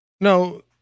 No